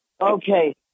Okay